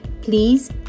please